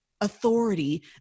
authority